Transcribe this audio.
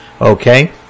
okay